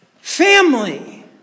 Family